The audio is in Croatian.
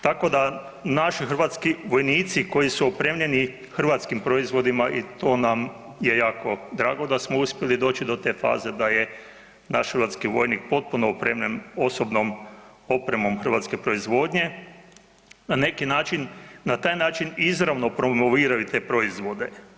Tako da naši hrvatski vojnici koji su opremljeni hrvatskim proizvodima i to nam je jako drago da smo uspjeli doći do te faze da je naš hrvatski vojnik potpuno opremljen osobnom opremom hrvatske proizvodnje na neki način, na taj način izravno promoviraju te proizvode.